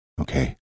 Okay